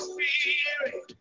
Spirit